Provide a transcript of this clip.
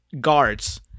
guards